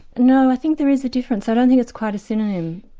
no, i think there is a difference i don't think it's quite a synonym.